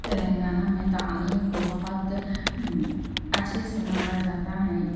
تلنگانہ میں تعلیم کو بہت اچھے سے مانا جاتا ہے